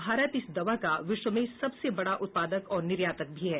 भारत इस दवा का विश्व में सबसे बडा उत्पादक और निर्यातक भी है